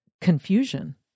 confusion